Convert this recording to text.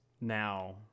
now